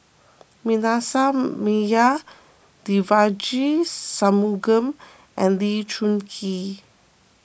Manasseh Meyer Devagi Sanmugam and Lee Choon Kee